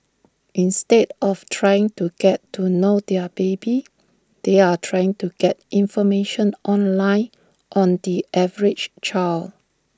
instead of trying to get to know their baby they are trying to get information online on the average child